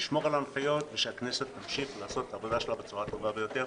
נשמור על ההנחיות ושהכנסת תמשיך לעשות את העבודה שלה בצורה הטובה ביותר.